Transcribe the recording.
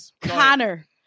Connor